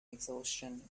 exhaustion